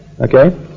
Okay